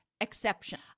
Exception